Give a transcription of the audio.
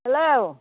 hello